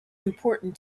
important